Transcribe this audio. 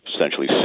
essentially